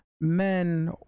men